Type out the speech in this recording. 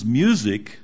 music